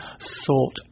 sought